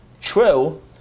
True